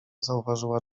zauważyła